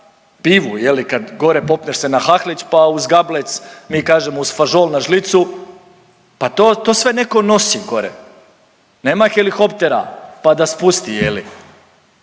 pivu je li kad gore popneš se na Hahlić pa uz gablec mi kažemo uz fažol na žlicu, pa to, to sve neko nosi gore, nema helihoptera pa da spusti je li.